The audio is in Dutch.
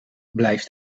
blijft